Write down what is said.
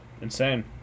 Insane